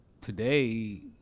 today